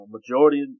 Majority